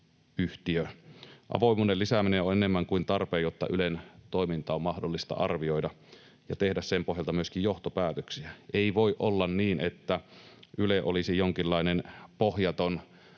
yhtiö. Avoimuuden lisääminen on enemmän kuin tarpeen, jotta Ylen toimintaa on mahdollista arvioida ja tehdä sen pohjalta myöskin johtopäätöksiä. Ei voi olla niin, että Yle olisi jonkinlainen pohjaton